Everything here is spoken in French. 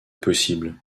possible